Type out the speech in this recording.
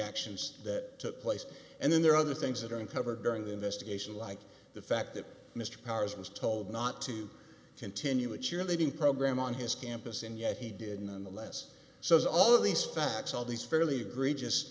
actions that took place and then there are other things that are uncovered during the investigation like the fact that mr powers was told not to continue a cheerleading program on his campus and yet he did none the less so as all of these facts all these fairly